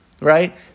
Right